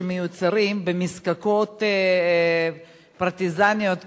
שמיוצרים במזקקות פרטיזניות כאלה,